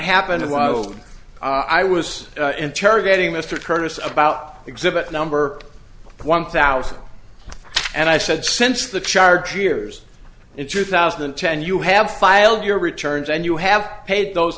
happened while i was interrogating mr curtis about exhibit number one thousand and i said since the charge years in two thousand and ten you have filed your returns and you have paid those